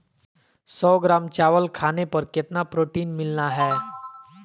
सौ ग्राम चावल खाने पर कितना प्रोटीन मिलना हैय?